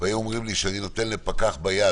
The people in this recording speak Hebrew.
והיו אומרים לי שאני נותן לפקח ביד